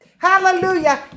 Hallelujah